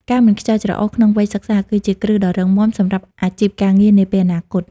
ការមិនខ្ជិលច្រអូសក្នុងវ័យសិក្សា គឺជាគ្រឹះដ៏រឹងមាំសម្រាប់អាជីពការងារនាពេលអនាគត។